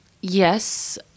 Yes